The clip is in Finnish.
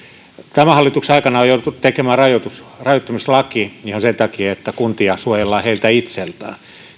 tämän hallituksen aikana on jouduttu tekemään rajoittamislaki ihan sen takia että kuntia suojellaan heiltä itseltään